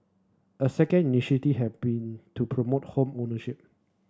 a second initiative have been to promote home ownership